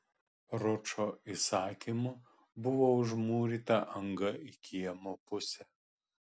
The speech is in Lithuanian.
ročo įsakymu buvo užmūryta anga į kiemo pusę